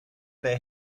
they